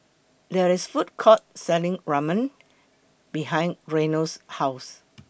There IS A Food Court Selling Ramen behind Reno's House